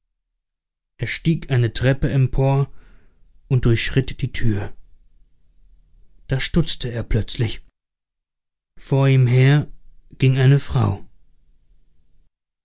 er stieg eine treppe empor und durchschritt die tür da stutzte er plötzlich vor ihm her ging eine frau